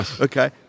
Okay